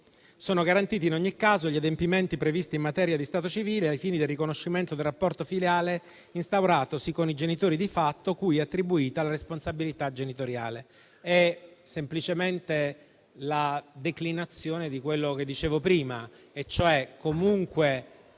«Sono garantiti, in ogni caso, gli adempimenti previsti in materia di stato civile ai fini del riconoscimento del rapporto filiale instauratosi con i genitori di fatto, cui è attribuita la responsabilità genitoriale.» È semplicemente la declinazione di quello che dicevo prima. Comunque